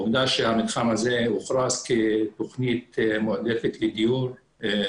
עובדה שהמתחם הזה הוכרז כתוכנית מועדפת לדיור,